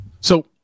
So-